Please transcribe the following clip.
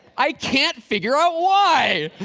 i can't figure out why!